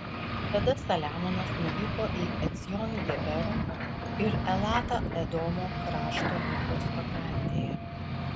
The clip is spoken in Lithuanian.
tada saliamonas nuvyko į ecjon geberą ir elatą edomo krašto jūros pakrantėje